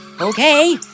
okay